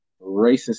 racism